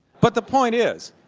but the point is,